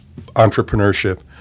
entrepreneurship